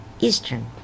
Eastern